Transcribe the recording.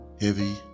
heavy